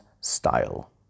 style